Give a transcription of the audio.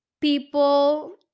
people